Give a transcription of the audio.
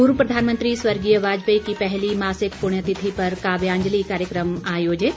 पूर्व प्रधानमंत्री स्वर्गीय वाजपेयी की पहली मासिक पुण्यतिथि पर काव्यांजलि कार्यक्रम आयोजित